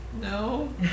No